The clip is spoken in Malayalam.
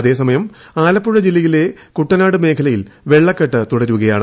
അതേസമയം ആലപ്പുഴ ജില്ലയിലെ കൂട്ടനാട് മേഖലയിൽ വെള്ളക്കെട്ട് തുടരുകയാണ്